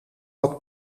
dat